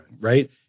right